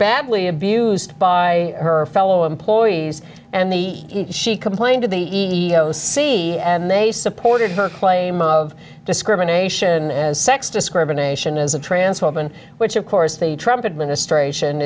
badly abused by her fellow employees and the she complained to the e e o c and they supported her claim of discrimination as sex discrimination as a trance woman which of course they trumpet ministration